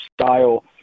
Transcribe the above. style